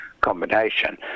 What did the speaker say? combination